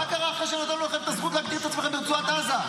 מה קרה אחרי שנתנו לכם את הזכות להגדיר את עצמכם ברצועת עזה?